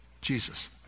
Jesus